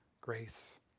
grace